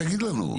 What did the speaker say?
תגיד לנו.